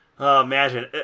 Imagine